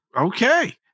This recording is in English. okay